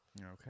okay